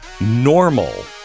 normal